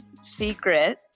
secret